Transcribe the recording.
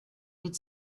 read